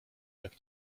tak